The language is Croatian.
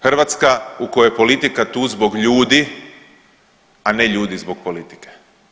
Hrvatska u kojoj je politika tu zbog ljudi, a ne ljudi zbog politike.